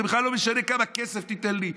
זה בכלל לא משנה כמה כסף תיתן לי,